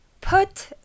Put